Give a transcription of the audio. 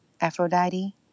Aphrodite